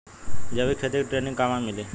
जैविक खेती के ट्रेनिग कहवा मिली?